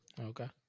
Okay